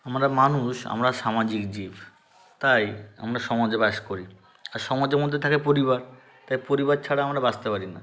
আমরা মানুষ আমরা সামাজিক জীব তাই আমরা সমাজে বাস করি আর সমাজের মধ্যে থাকে পরিবার তাই পরিবার ছাড়া আমরা বাঁচতে পারি না